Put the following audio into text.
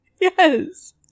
Yes